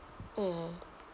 mmhmm